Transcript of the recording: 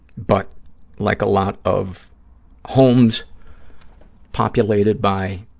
but like a lot of homes populated by